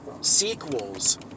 sequels